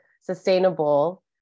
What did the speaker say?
sustainable